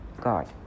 God